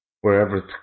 wherever